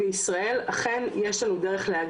בין אם באמצעות המעסיק שלהם,